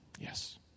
Yes